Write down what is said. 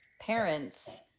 parents